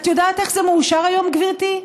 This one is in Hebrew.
את יודעת איך זה מאושר היום, גברתי?